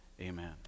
Amen